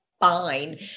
fine